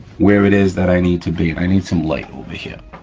where it is that i need to be. i need some light over here.